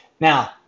now